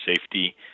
safety